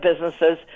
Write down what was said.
businesses